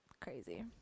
Crazy